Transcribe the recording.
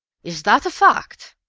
is that a fact?